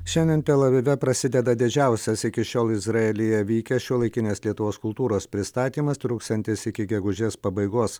šiandien tel avive prasideda didžiausias iki šiol izraelyje vykęs šiuolaikinės lietuvos kultūros pristatymas truksiantis iki gegužės pabaigos